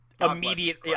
immediate